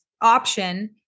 option